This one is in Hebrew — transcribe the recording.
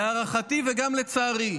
להערכתי וגם לצערי,